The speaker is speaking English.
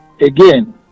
again